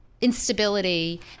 instability